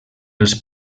els